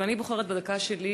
אבל אני בוחרת בדקה שלי